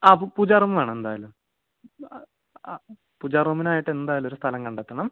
ആ പൂജാ റൂം വേണം എന്തായാലും പൂജാറൂമിനായിട്ടെന്തായാലും ഒരു സ്ഥലം കണ്ടെത്തണം